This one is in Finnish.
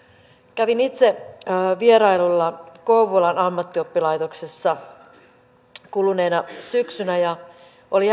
kävin itse vierailulla kouvolan ammattioppilaitoksessa kuluneena syksynä ja oli